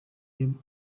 him